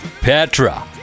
Petra